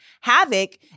havoc